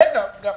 רגע, גפני.